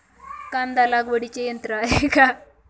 कांदा लागवडीचे यंत्र आहे का?